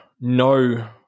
no